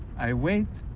i wait,